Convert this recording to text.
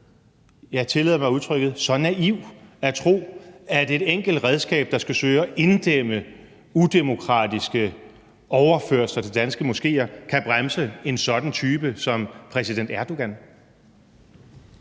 jeg tillader mig at bruge det udtryk – at tro, at et enkelt redskab, der skal søge at inddæmme udemokratiske overførsler til danske moskéer, kan bremse en sådan type som præsident Erdogan?